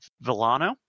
Villano